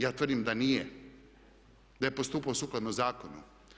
Ja tvrdim da nije, da je postupao sukladno zakonu.